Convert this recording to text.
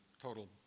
total